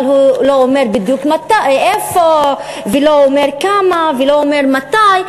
אבל הוא לא אומר בדיוק איפה ולא אומר כמה ולא אומר מתי,